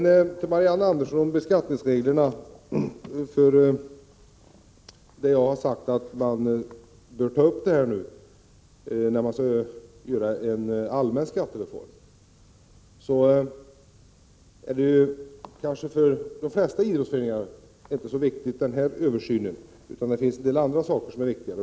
Det är riktigt, Marianne Andersson, att jag sagt att dessa beskattningsregler bör tas upp i samband med den allmänna skatterform som skall göras. Men för de flesta idrottsföreningar finns det en del andra saker som är viktigare.